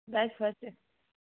बस बस